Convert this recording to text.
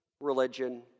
religion